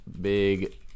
big